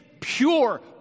pure